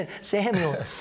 Samuel